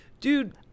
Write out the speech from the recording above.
dude